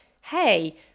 hey